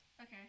Okay